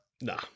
Nah